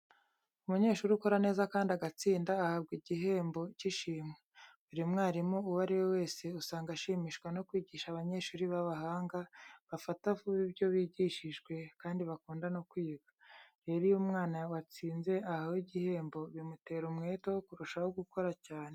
Umunyeshuri ukora neza kandi agatsinda ahabwa igihembo cy'ishimwe. Buri mwarimu uwo ari we wese usanga ashimishwa no kwigisha abanyeshuri b'abahanga, bafata vuba ibyo bigishijwe, kandi bakunda no kwiga. Rero, iyo umwana watsinze ahawe igihembo bimutera umwete wo kurushaho gukora cyane.